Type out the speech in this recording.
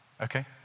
Okay